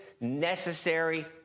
necessary